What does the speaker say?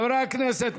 חברי הכנסת,